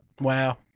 Wow